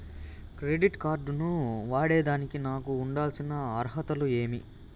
Credit card ను వాడేదానికి నాకు ఉండాల్సిన అర్హతలు ఏమి?